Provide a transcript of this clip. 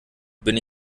bin